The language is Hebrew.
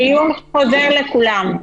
עיון חוזר לכולם.